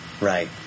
Right